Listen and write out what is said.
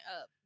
up